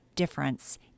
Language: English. difference